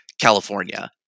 California